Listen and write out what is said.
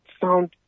sound